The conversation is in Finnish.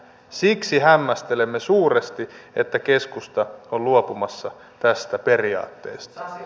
siksi hämmästelemme suuresti että keskusta on luopumassa tästä periaatteesta